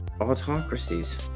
Autocracies